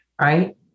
right